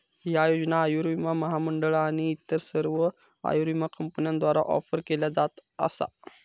ह्या योजना आयुर्विमा महामंडळ आणि इतर सर्व आयुर्विमा कंपन्यांद्वारा ऑफर केल्या जात असा